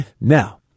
Now